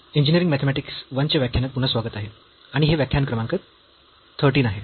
engineering mathematics I च्या व्याख्यानात पुन्हा स्वागत आहे आणि हे व्याख्यान क्रमांक 13 आहे